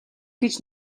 гэж